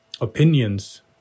opinions